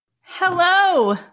Hello